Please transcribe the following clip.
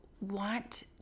want